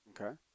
Okay